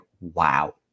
wow